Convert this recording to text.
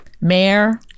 Mayor